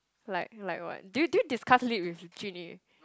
like like what do you do you discuss lit with Jun-Yi